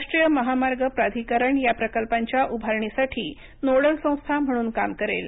राष्ट्रीय महामार्ग प्राधिकरण या प्रकल्पांच्या उभारणीसाठी नोडल संस्था म्हणून काम करेल